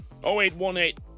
0818